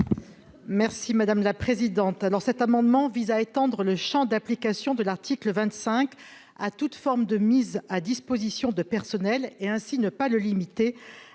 Merci madame la présidente,